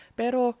pero